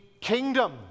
kingdom